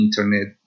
internet